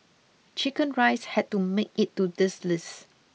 chicken rice had to make it to this list